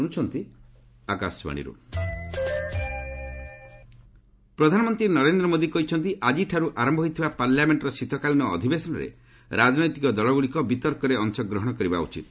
PM parliament ପ୍ରଧାନମନ୍ତ୍ରୀ ନରେନ୍ଦ ମୋଦି କହିଛନ୍ତି ଆଜିଠାରୁ ଆରମ୍ଭ ହୋଇଥିବା ପାର୍ଲାମେଣ୍ଟର ଶୀତକାଳୀନ ଅଧିବେଶନରେ ରାଜନୈତିକ ଦକ୍ଷଗଡ଼ିକ ବିତର୍କରେ ଅଂଶଗ୍ହଣ କରିବା ଉଚିତ